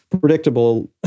predictable